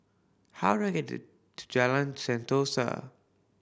how do I get to Jalan Sentosa